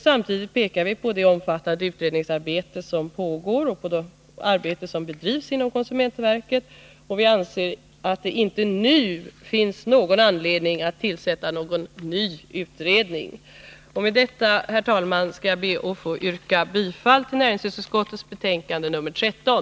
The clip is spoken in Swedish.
Samtidigt pekar vi på det omfattande utredningsarbete som pågår inom och utom konsumentverket. Vi anser att det inte nu finns någon anledning att tillsätta en ny utredning. Med detta, herr talman, skall jag be att få yrka bifall till näringsutskottets hemställan i dess betänkande nr 13.